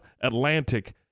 Atlantic